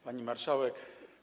Pani Marszałek!